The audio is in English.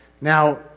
Now